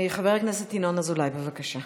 חבר הכנסת ינון אזולאי, בבקשה.